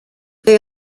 they